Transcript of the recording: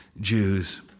Jews